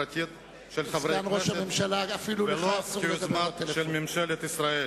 פרטית של חברי הכנסת ולא כיוזמה של ממשלת ישראל.